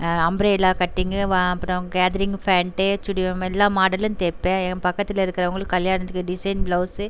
umbrella cutting வா அப்புறம் gathering pant chudi எல்லா மாடலும் தைப்பேன் என் பக்கத்தில் இருக்கிறவங்களுக்கு கல்யாணத்துக்கு டிசைன் ப்ளவுஸு